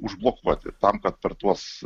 užblokuoti tam kad per tuos